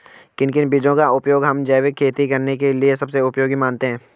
किन किन बीजों का उपयोग हम जैविक खेती करने के लिए सबसे उपयोगी मानते हैं?